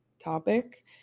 topic